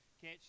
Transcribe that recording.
catch